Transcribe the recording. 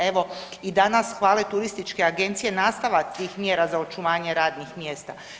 Evo i danas hvale turističke agencije nastavak tih mjera za očuvanje radnih mjesta.